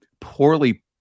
poorly